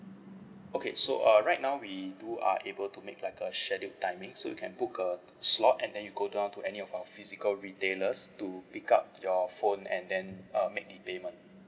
okay so uh right now we do are able to make like a scheduled timing so you can book a slot and then you go down to any of our physical retailers to pick up your phone and then uh make the payment